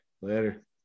Later